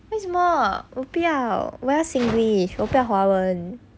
为什么我不要我要 singlish 我不要华文